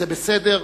שזה בסדר